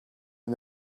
and